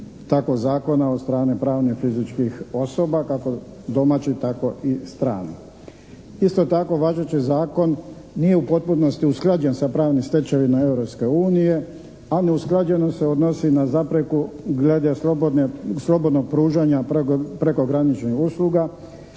takvog zakona od strane pravnih, fizičkih osoba kako domaćih tako i stranih. Isto tako važeći zakon nije u potpunosti usklađen sa pravnim stečevinama Europske unije a neusklađenost se odnosi na zapreku glede slobodnog pružanja prekograničnih usluga